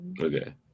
okay